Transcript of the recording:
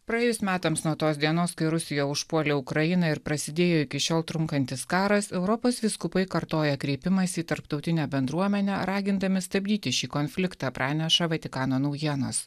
praėjus metams nuo tos dienos kai rusija užpuolė ukrainą ir prasidėjo iki šiol trunkantis karas europos vyskupai kartoja kreipimąsi į tarptautinę bendruomenę ragindami stabdyti šį konfliktą praneša vatikano naujienos